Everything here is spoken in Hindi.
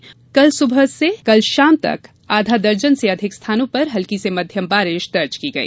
वहीं कल सुबह से लेकर शाम तक आधा दर्जन से अधिक स्थानों पर हल्की से मध्यम बारिश दर्ज की गई